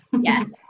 Yes